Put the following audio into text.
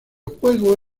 juego